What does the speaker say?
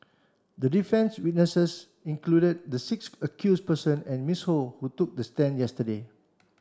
the defence's witnesses included the six accused persons and Miss Ho who took the stand yesterday